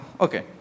Okay